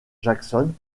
jackson